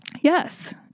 Yes